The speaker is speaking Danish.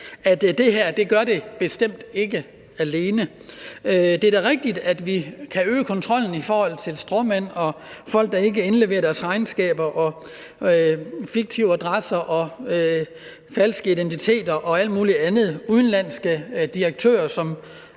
det her bestemt ikke gør det alene. Det er da rigtigt, at vi kan øge kontrollen i forhold til stråmænd og folk, der ikke indleverer deres regnskaber, fiktive adresser, falske identiteter og alt muligt andet – udenlandske direktører,